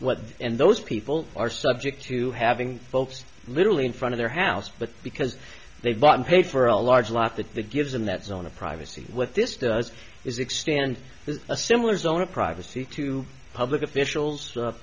what and those people are subject to having folks literally in front of their house but because they bought and paid for a large lot that the gives them that zone of privacy what this does is expand a similar zone of privacy to public officials